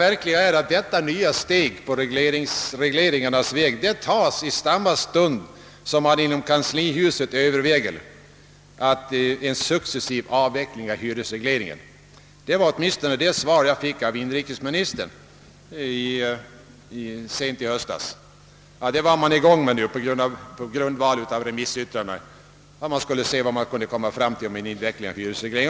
Märkligt är att detta nya steg på regleringarnas väg tas i samma stund som man inom kanslihuset överväger en successiv avveckling av hyresregleringen — jag fick av inrikesministern i höstas det beskedet att man på grundval av remissyttrandena var i färd med att se vad man kunde komma fram till i fråga om en avveckling av hyresregleringen.